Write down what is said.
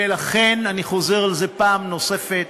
ולכן אני חוזר על זה פעם נוספת: